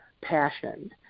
passion